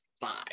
five